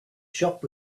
shop